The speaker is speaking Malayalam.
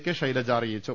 കെ ശൈലജ അറിയിച്ചു